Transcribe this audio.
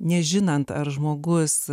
nežinant ar žmogus